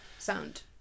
sound